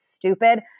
stupid